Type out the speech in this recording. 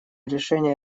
решения